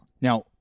now